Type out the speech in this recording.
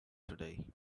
today